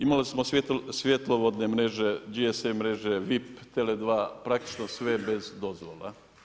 Imali smo svjetlovodne mreže … mreže, VIP, Tele 2 praktično sve bez dozvola.